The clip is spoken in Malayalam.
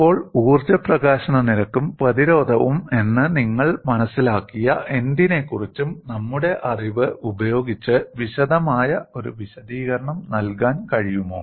ഇപ്പോൾ ഊർജ്ജ പ്രകാശന നിരക്കും പ്രതിരോധവും എന്ന് നിങ്ങൾ മനസിലാക്കിയ എന്തിനെക്കുറിച്ചും നമ്മുടെ അറിവ് ഉപയോഗിച്ച് വിശദമായ ഒരു വിശദീകരണം നൽകാൻ കഴിയുമോ